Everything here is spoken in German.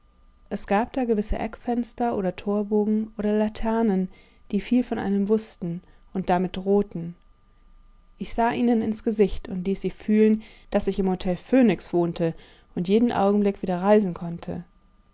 es gab da gewisse eckfenster oder torbogen oder laternen die viel von einem wußten und damit drohten ich sah ihnen ins gesicht und ließ sie fühlen daß ich im hotel phönix wohnte und jeden augenblick wieder reisen konnte